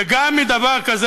וגם מדבר כזה,